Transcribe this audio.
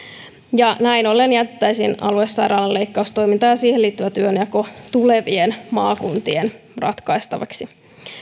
näin ollen jätettäisiin aluesairaalan leikkaustoiminta ja siihen liittyvä työnjako tulevien maakuntien ratkaistavaksi